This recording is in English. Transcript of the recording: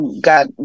got